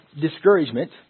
discouragement